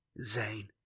Zane